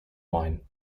wynne